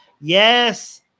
Yes